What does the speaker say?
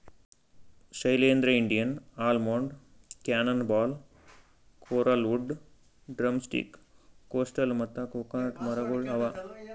Shailendra, Indian almond, cannon ball, coralwood, drumstick, coastal ಮತ್ತ coconut ಮರಗೊಳ್ ಅವಾ